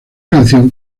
canción